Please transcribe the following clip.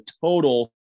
total –